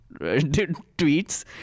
tweets